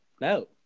No